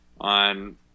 on